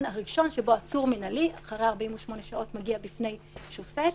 הראשון שבו עצור מינהלי אחרי 48 שעות מגיע בפני שופט,